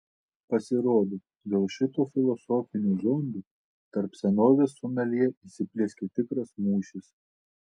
pasirodo dėl šito filosofinio zombio tarp senovės someljė įsiplieskė tikras mūšis